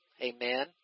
Amen